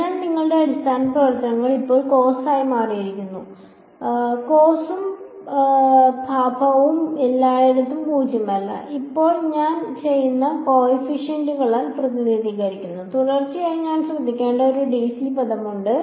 അതിനാൽ നിങ്ങളുടെ അടിസ്ഥാന പ്രവർത്തനങ്ങൾ ഇപ്പോൾ ഈ കോസായി മാറിയിരിക്കുന്നു പാപം കോസും പാപവും എല്ലായിടത്തും പൂജ്യമല്ല ഇപ്പോൾ ഞാൻ അവയെ കോഫിഫിഷ്യന്റുകളാൽ പ്രതിനിധീകരിക്കുന്നു തീർച്ചയായും ഞാൻ ശ്രദ്ധിക്കേണ്ട ഒരു ഡിസി പദമുണ്ട്